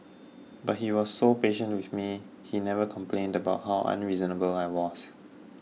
but he was so patient with me he never complained about how unreasonable I was